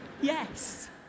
Yes